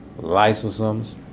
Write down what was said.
lysosomes